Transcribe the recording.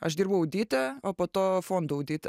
aš dirbau audite o po to fondo audite